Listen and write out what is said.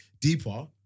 deeper